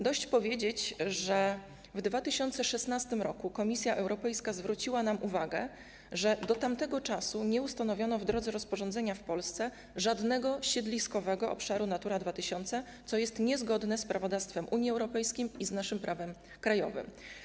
Dość powiedzieć, że w 2016 r. Komisja Europejska zwróciła nam uwagę, że do tamtego czasu nie ustanowiono w Polsce w drodze rozporządzenia żadnego siedliskowego obszaru Natury 2000, co jest niezgodne z prawodawstwem Unii Europejskiej i z naszym prawem krajowym.